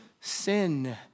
sin